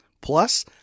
Plus